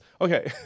Okay